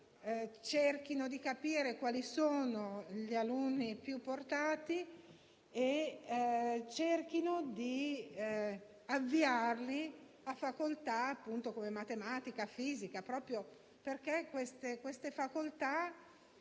cerchino di capire quali sono gli alunni più portati e di avviarli a facoltà come matematica e fisica, proprio perché queste facoltà